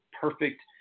perfect